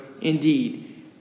Indeed